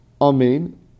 Amen